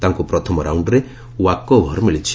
ତାଙ୍କୁ ପ୍ରଥମ ରାଉଣ୍ଡରେ ୱାକ୍ ଓଭର୍ ମିଳିଛି